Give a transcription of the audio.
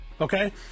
Okay